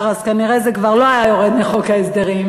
כנראה זה כבר לא היה יורד מחוק ההסדרים,